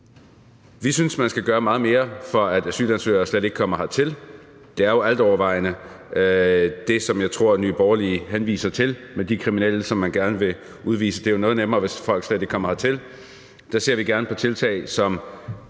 Vi synes, man skal gøre meget mere, for at asylansøgere slet ikke kommer hertil. Det er jo altovervejende det, som jeg tror at Nye Borgerlige henviser til med de kriminelle, som man gerne vil udvise. Det er jo noget nemmere, hvis folk slet ikke kommer hertil. Der ser vi gerne på tiltag, som